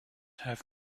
have